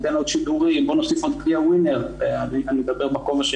ניתן עוד שידורים אני מדבר ממקום של